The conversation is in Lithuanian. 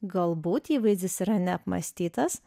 galbūt įvaizdis yra neapmąstytas